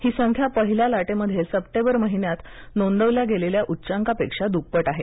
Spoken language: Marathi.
ही संख्या पहिल्या लाटे मध्ये सप्टेबरच महिन्यात नोंदवल्या गेलेल्या उच्चांकापेक्षा दूप्पट आहे